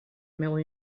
meua